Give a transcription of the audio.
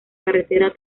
carretera